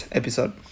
episode